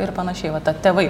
ir panašiai vat ta tėvai